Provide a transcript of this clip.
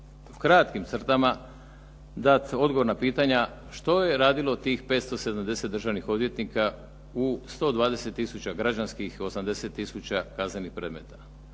u kratkim crtama dati odgovor na pitanja što je radilo tih 570 državnih odvjetnika u 120000 građanskih i 80000 kaznenih predmeta.